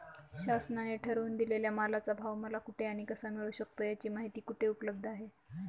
शासनाने ठरवून दिलेल्या मालाचा भाव मला कुठे आणि कसा मिळू शकतो? याची माहिती कुठे उपलब्ध आहे?